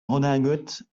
redingote